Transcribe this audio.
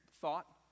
thought